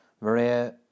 Maria